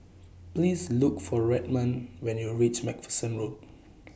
Please Look For Redmond when YOU REACH MacPherson Road